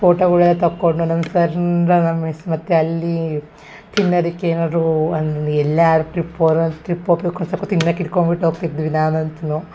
ಫೋಟೋಗಳೆಲ್ಲ ತಕ್ಕೊಂಡು ನಮ್ಮ ಸರ್ರನ್ನ ನಮ್ಮ ಮಿಸ್ ಮತ್ತು ಅಲ್ಲಿ ತಿನ್ನದಕ್ಕೆ ಏನಾದರೂ ಒಂದು ಎಲ್ಯಾದ್ರು ಟ್ರಿಪ್ ಹೋದಾಗ್ ಟ್ರಿಪ್ ತಿನ್ನಕ್ಕೆ ಇಡ್ಕೊಂಬಿಟ್ಟು ಹೋಗ್ತಿದ್ವಿ ನಾನು ಅಂತೂ